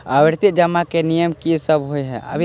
आवर्ती जमा केँ नियम की सब होइ है?